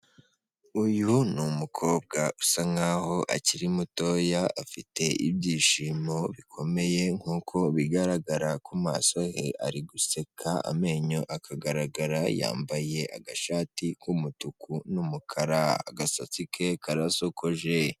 Uyu ni umukobwa usa nk'aho akiri mutoya, afite ibyishimo bikomeye nk'uko bigaragara ku maso ye, ari guseka amenyo akagaragara, yambaye agashati k'umutuku n'umukara, agasatsi ke karasokoje.